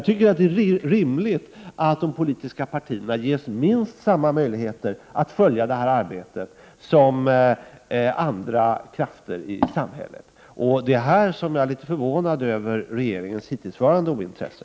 Det är rimligt att de politiska partierna ges minst samma möjligheter att följa detta arbete som andra krafter i samhället. Här är jag litet förvånad över regeringens hittillsvarande ointresse.